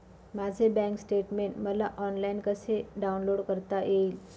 माझे bank statement मला online कसे डाउनलोड करता येईल?